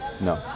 No